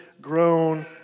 grown